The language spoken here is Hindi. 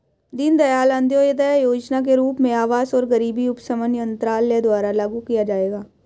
दीनदयाल अंत्योदय योजना के रूप में आवास और गरीबी उपशमन मंत्रालय द्वारा लागू किया जाएगा